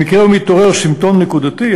במקרה שמתעורר סימפטום נקודתי,